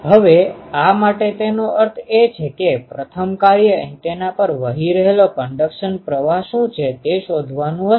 હવે આ માટે તેનો અર્થ એ છે કે પ્રથમ કાર્ય એન્ટેના પર વહી રહેલો કન્ડકશન પ્રવાહ શું છે તે શોધવાનું હશે